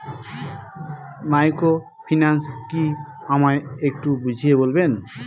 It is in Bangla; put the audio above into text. মাইক্রোফিন্যান্স কি আমায় একটু বুঝিয়ে বলবেন?